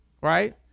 right